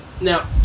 now